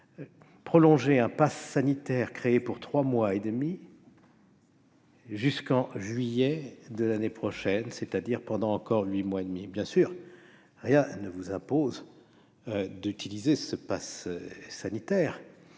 prolonger un passe sanitaire créé pour trois mois et demi jusqu'en juillet de l'année prochaine, c'est-à-dire pour encore huit mois et demi. Bien sûr, rien ne vous impose d'utiliser ce passe sanitaire.